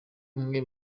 umwe